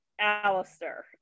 Alistair